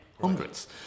hundreds